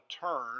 turn